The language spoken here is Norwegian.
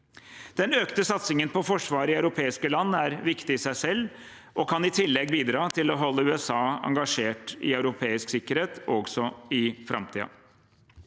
Den økte satsingen på forsvar i europeiske land er viktig i seg selv og kan i tillegg bidra til å holde USA engasjert i europeisk sikkerhet også i framtiden.